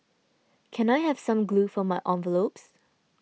can I have some glue for my envelopes